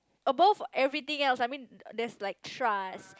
above everything else I mean there's like trust